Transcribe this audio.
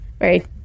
Right